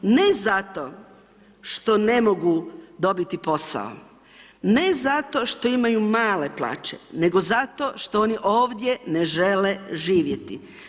Ne zato što ne mogu dobiti posao, ne zato što imaju male plaće, nego zato što oni ovdje ne žele živjeti.